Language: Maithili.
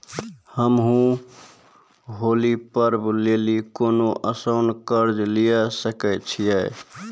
हम्मय होली पर्व लेली कोनो आसान कर्ज लिये सकय छियै?